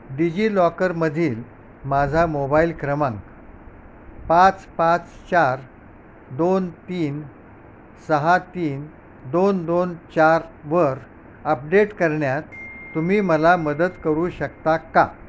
digi लॉकरमधील माझा mobile क्रमांक पाच पाच चार दोन तीन सहा तीन दोन दोन चार वर अपडेट करण्यात तुम्ही मला मदत करू शकता का